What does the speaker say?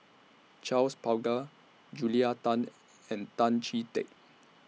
Charles Paglar Julia Tan and Tan Chee Teck